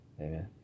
Amen